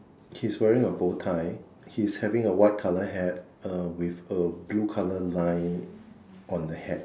he's wearing a bow tie he's having a white colour hat uh with a blue color line on the hat